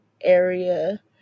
area